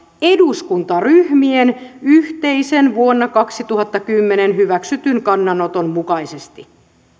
eduskuntaryhmien yhteisen vuonna kaksituhattakymmenen hyväksytyn kannanoton mukaisesti